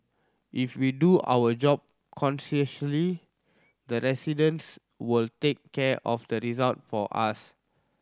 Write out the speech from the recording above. if we do our job conscientiously the residents will take care of the result for us